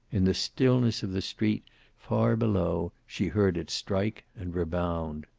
in the stillness of the street far below she heard it strike and rebound.